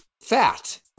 fat